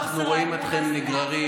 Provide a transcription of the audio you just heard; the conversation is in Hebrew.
הפכתם את חוסר האמון הזה.